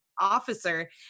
officer